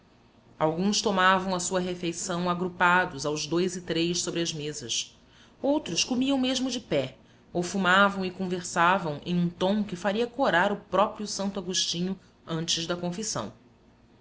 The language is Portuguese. alguns tomavam a sua refeição agrupados aos dois e três sobre as mesas outros comiam mesmo de pé ou fumavam e conversavam em um tom que faria corar o próprio santo agostinho antes da confissão